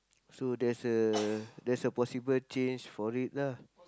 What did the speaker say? so there's a there's a possible change for it lah